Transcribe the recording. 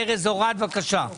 ארז אורעד, בבקשה.